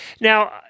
now